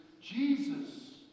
Jesus